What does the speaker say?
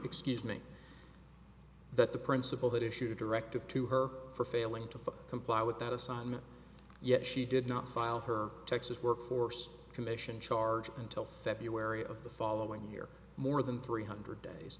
excuse me that the principal that issued a directive to her for failing to comply with that assignment yet she did not file her texas workforce commission charge until february of the following year more than three hundred days